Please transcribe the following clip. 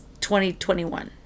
2021